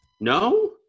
No